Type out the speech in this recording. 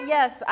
Yes